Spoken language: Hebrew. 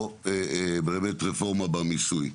או רפורמה במיסוי.